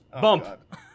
Bump